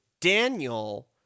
Daniel